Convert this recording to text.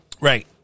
Right